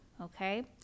okay